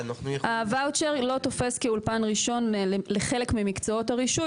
הוואוצ'ר לא תופס כאולפן ראשון לחלק ממקצועות הרישוי,